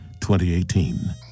2018